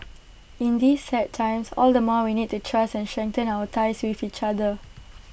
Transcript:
in these sad times all the more we need to trust and strengthen our ties with each other